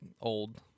old